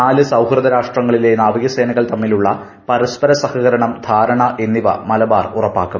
നാല് സൌഹൃദ രാഷ്ട്രങ്ങളിലെ നാവികസേനകൾ തമ്മിലുള്ള പരസ്പര സഹകരണം ധാരണ എന്നിവ മലബാർ ഉറപ്പാക്കും